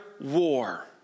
war